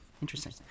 interesting